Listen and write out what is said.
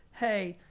hey,